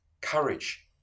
courage